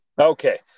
okay